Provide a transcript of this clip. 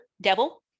devil